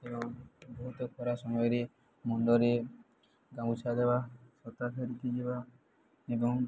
ଏବଂ ବହୁତ ଖରା ସମୟରେ ମୁଣ୍ଡରେ ଗାମୁଛା ଦେବା ଛତା ଧରିକି ଯିବା ଏବଂ